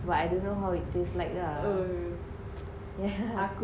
but I don't how it taste like ah